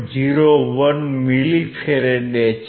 01 millifarad છે